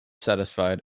satisfied